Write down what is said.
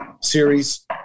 series